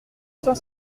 cinq